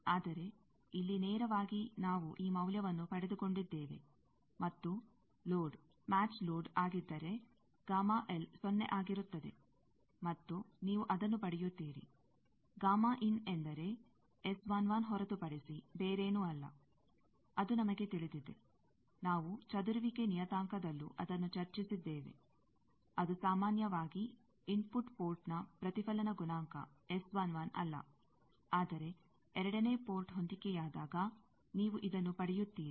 ಆದರೆ ಇಲ್ಲಿ ನೇರವಾಗಿ ನಾವು ಈ ಮೌಲ್ಯವನ್ನು ಪಡೆದುಕೊಂಡಿದ್ದೇವೆ ಮತ್ತು ಲೋಡ್ ಮ್ಯಾಚ್ದ್ ಲೋಡ್ ಆಗಿದ್ದರೆ ಸೊನ್ನೆ ಆಗಿರುತ್ತದೆ ಮತ್ತು ನೀವು ಅದನ್ನು ಪಡೆಯುತ್ತೀರಿ ಎಂದರೆ ಹೊರತುಪಡಿಸಿ ಬೇರೇನೂ ಅಲ್ಲ ಅದು ನಮಗೆ ತಿಳಿದಿದೆ ನಾವು ಚದುರುವಿಕೆ ನಿಯತಾಂಕದಲ್ಲೂ ಅದನ್ನು ಚರ್ಚಿಸಿದ್ದೇವೆ ಅದು ಸಾಮಾನ್ಯವಾಗಿ ಇನ್ಫುಟ್ ಪೋರ್ಟ್ನ ಪ್ರತಿಫಲನ ಗುಣಾಂಕ ಅಲ್ಲ ಆದರೆ ಎರಡನೇ ಪೋರ್ಟ್ ಹೊಂದಿಕೆಯಾದಾಗ ನೀವು ಇದನ್ನು ಪಡೆಯುತ್ತೀರಿ